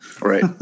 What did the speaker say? Right